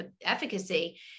efficacy